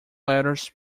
letters